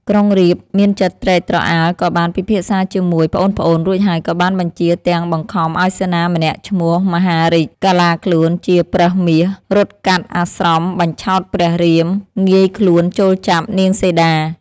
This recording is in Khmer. ក្រុងរាពណ៍មានចិត្តត្រេកត្រអាលក៏បានពិភាក្សាជាមួយប្អូនៗរួចហើយក៏បានបញ្ជាទាំង បង្ខំឱ្យសេនាម្នាក់ឈ្មោះ មហារីក កាឡាខ្លួនជាប្រើសមាស រត់កាត់អាស្រមបញ្ឆោតព្រះរាម ងាយខ្លួនចូលចាប់នាងសីតា។